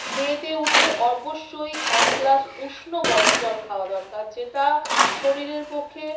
খেয়ে দেয়ে উঠে অবশ্যই এক গ্লাস উষ্ণ গরম জল খাওয়া দরকার যেটা শরীরের পক্ষে